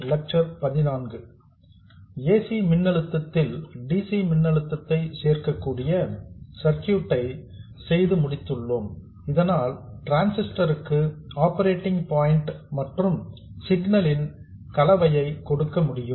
AC மின்னழுத்தத்தில் dc மின்னழுத்தத்தை சேர்க்கக்கூடிய சர்க்யூட் ஐ செய்து முடித்துள்ளோம் இதனால் டிரான்சிஸ்டர் க்கு ஆப்பரேட்டிங் பாயிண்ட் மற்றும் சிக்னல் ன் கலவையை கொடுக்க முடியும்